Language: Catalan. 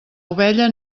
ovella